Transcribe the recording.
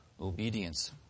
obedience